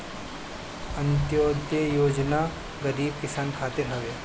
अन्त्योदय योजना गरीब किसान खातिर हवे